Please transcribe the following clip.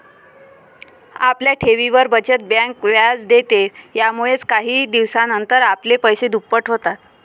आपल्या ठेवींवर, बचत बँक व्याज देते, यामुळेच काही दिवसानंतर आपले पैसे दुप्पट होतात